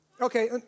Okay